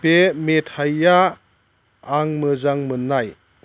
बे मेथाइया आं मोजां मोन्नाय